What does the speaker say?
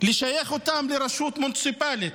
לשייך אותם לרשות מוניציפלית,